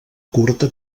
curta